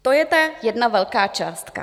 To je jedna velká částka.